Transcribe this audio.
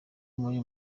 muri